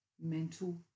mental